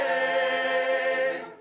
a